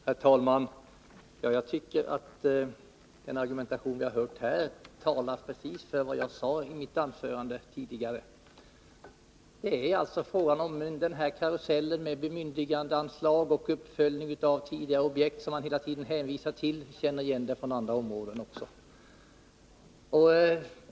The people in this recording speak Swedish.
Herr talman! Jag tycker att den argumentation vi har hört här precis talar för riktigheten av vad jag sade i mitt anförande tidigare. Det är alltså fråga om karusellen med bemyndigandeanslag och uppföljning av tidigare objekt som man hela tiden hänvisar till. Jag känner igen det från andra områden också.